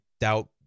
doubt